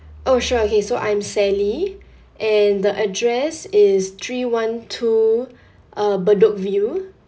oh sure okay so I'm sally and the address is three one two uh bedok view